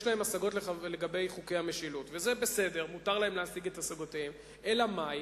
זה בסדר, מותר להם להשיג את השגותיהם, אלא מאי?